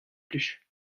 plij